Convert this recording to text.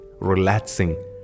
relaxing